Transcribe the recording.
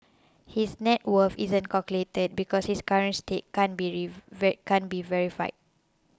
his net worth isn't calculated because his current stake can't be verified